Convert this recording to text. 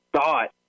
thought